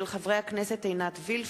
הצעתם של חברי הכנסת עינת וילף,